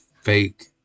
fake